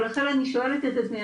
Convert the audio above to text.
ולכן אני שואלת את עצמי,